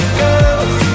girls